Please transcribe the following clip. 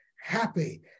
happy